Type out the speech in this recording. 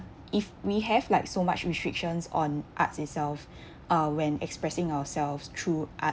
if we have like so much restrictions on arts itself uh when expressing ourselves through art